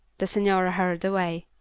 the signora hurried away.